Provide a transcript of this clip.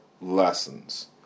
lessons